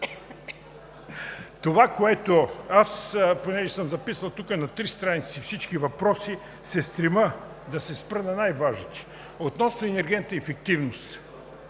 Господин Аталай, понеже съм записал на три страници всички въпроси, се стремя да се спра на най-важните. Относно енергийната ефективност